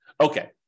Okay